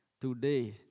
today